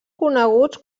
coneguts